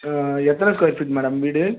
ஆ எத்தனை square feet madam வீடு